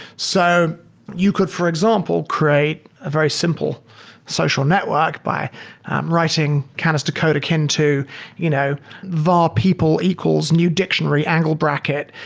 so you could, for example, create a very simple social network by writing canister code akin to you know the people equals new dictionary, angle bracket,